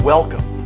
Welcome